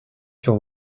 sur